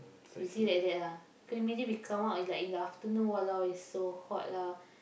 you see like that ah can you imagine come out like in the afternoon !walao! it's so hot lah